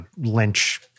Lynch